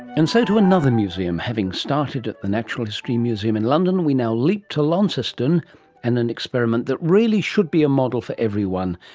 and so to another museum. having started at the natural history museum in london we now leap to launceston and an experiment that really should be a model for everyone,